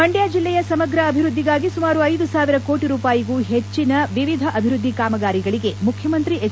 ಮಂಡ್ಯ ಜಿಲ್ಲೆಯ ಸಮಗ್ರ ಅಭಿವೃದ್ದಿಗಾಗಿ ಸುಮಾರು ಐದು ಸಾವಿರ ಕೋಟ ರೂಪಾಯಿಗೂ ಹೆಚ್ಚಿನ ವಿವಿಧ ಅಭಿವೃದ್ದಿ ಕಾಮಗಾರಿಗಳಗೆ ಮುಖ್ಯಮಂತ್ರಿ ಎಚ್